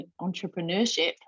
entrepreneurship